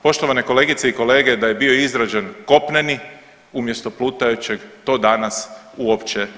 Poštovane kolegice i kolege, da je bio izrađen kopneni umjesto plutajućeg to danas uopće